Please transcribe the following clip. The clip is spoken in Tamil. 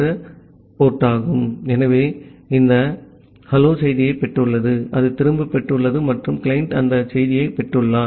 ஆகவே இது இந்த ஹலோ செய்தியைப் பெற்றுள்ளது அது திரும்பப் பெற்றுள்ளது மற்றும் கிளையன்ட் அந்த செய்தியைப் பெற்றுள்ளார்